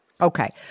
Okay